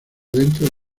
dentro